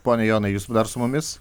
pone jonai jūs dar su mumis